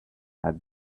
had